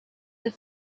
the